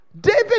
David